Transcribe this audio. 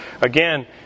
again